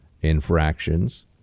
infractions